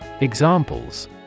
Examples